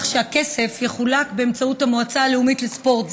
כך שהכסף יחולק באמצעות המועצה הלאומית לספורט.